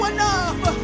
enough